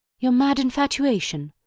your mad infatuation,